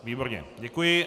Výborně, děkuji.